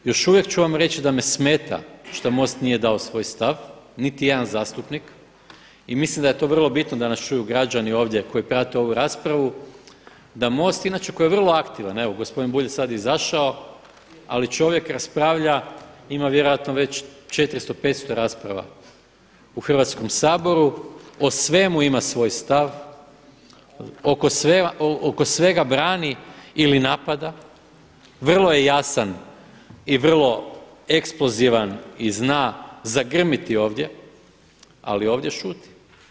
Još uvijek ću vam reći da me smeta što MOST nije dao svoj stav, niti jedan zastupnik i mislim da je to vrlo bitno da nas čuju građani ovdje koji prate ovu raspravu da MOST inače koji je vrlo aktivan, evo gospodin Bulj je sada izašao, ali čovjek raspravlja, ima vjerojatno već 400, 500 rasprava u Hrvatskom saboru, o svemu ima svoj stav, oko svega brani ili napada, vrlo je jasan i vrlo eksplozivan i zna zagrmiti ovdje ali ovdje šuti.